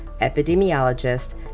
epidemiologist